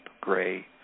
gray